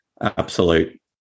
absolute